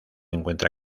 encuentra